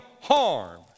harm